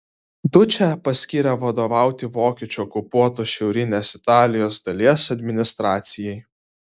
dučę paskyrė vadovauti vokiečių okupuotos šiaurinės italijos dalies administracijai